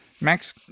Max